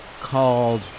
called